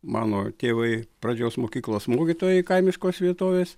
mano tėvai pradžios mokyklos mokytojai kaimiškos vietovės